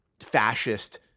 fascist